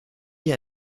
hier